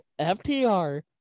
FTR